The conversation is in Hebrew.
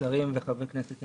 שרים וחברי כנסת.